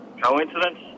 Coincidence